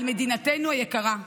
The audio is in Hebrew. על מדינתנו היקרה.